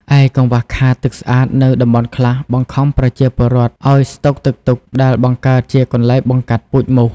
ឯកង្វះខាតទឹកស្អាត នៅតំបន់ខ្លះបង្ខំប្រជាពលរដ្ឋឱ្យស្តុកទឹកទុក ដែលបង្កើតជាកន្លែងបង្កាត់ពូជមូស។